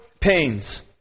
pains